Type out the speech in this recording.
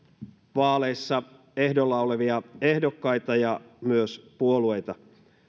vaaleissa ehdolla olevia ehdokkaita ja myös puolueita